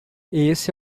esse